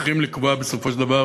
שצריכים לקבוע בסופו של דבר